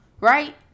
right